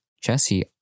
Jesse